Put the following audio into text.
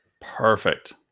Perfect